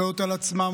אחריות על עצמם,